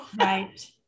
Right